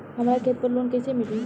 हमरा खेत पर लोन कैसे मिली?